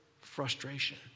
Frustration